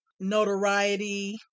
notoriety